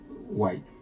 white